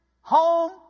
home